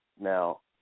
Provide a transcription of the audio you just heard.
Now